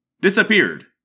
disappeared